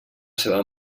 seva